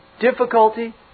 difficulty